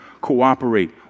cooperate